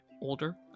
older